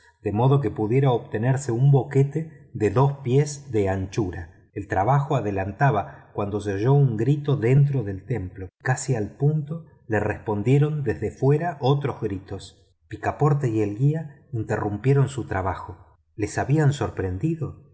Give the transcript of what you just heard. de modo que pudiera obtenerse un boquete de dos pies de anchura el trabajo adelantaba cuando se oyó un grito dentro del templo y casi al punto le respondieron desde fuera otros gritos picaporte y el guía interrumpieron su trabajo los habían sorprendido